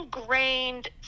ingrained